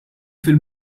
fil